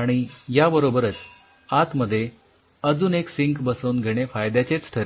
आणि याबरोबरच आतमध्ये अजून एक सिंक बसवून घेणे फायद्याचेच ठरेल